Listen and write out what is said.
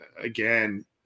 Again